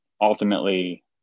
ultimately